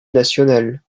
nationales